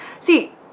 see